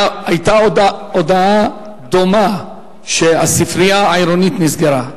היתה הודעה דומה שהספרייה העירונית נסגרה,